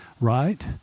right